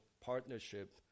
partnership